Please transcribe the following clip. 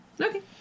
Okay